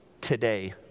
today